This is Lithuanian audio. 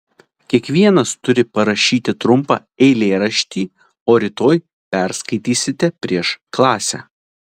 kiekvienas turi parašyti trumpą eilėraštį o rytoj perskaitysite prieš klasę